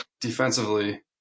defensively